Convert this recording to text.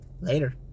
Later